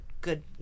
good